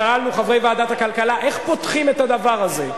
איך פותחים את הדבר הזה,